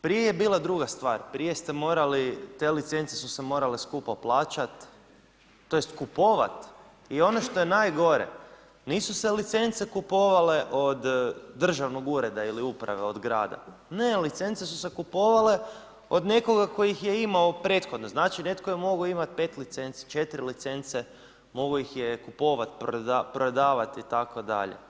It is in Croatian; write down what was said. Prije je bila druga stvar, prije ste morali te licence su se morale skupo plaćat, tj. kupovat i ono što je najgore, nisu se licence kupovale od državnog ureda ili uprave, od grada, ne, licence su se kupovale od nekoga tko ih je imao prethodno, znači netko je mogao imat 5 licenci, 4 licence, mogao ih je kupovat, prodavat itd.